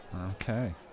Okay